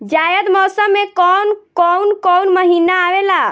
जायद मौसम में कौन कउन कउन महीना आवेला?